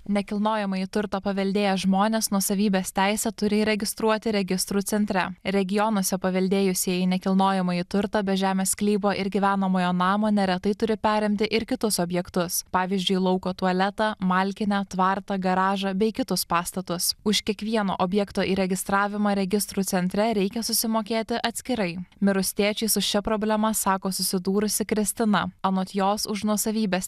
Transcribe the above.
nekilnojamąjį turtą paveldėję žmonės nuosavybės teisę turi įregistruoti registrų centre regionuose paveldėjusieji nekilnojamąjį turtą be žemės sklypo ir gyvenamojo namo neretai turi perimti ir kitus objektus pavyzdžiui lauko tualetą malkinę tvartą garažą bei kitus pastatus už kiekvieno objekto įregistravimą registrų centre reikia susimokėti atskirai mirus tėčiui su šia problema sako susidūrusi kristina anot jos už nuosavybės